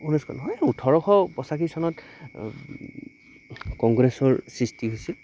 ঊনৈছশ নহয় ওঠৰশ পঁচাশী চনত কংগ্ৰেছৰ সৃষ্টি হৈছিল